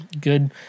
good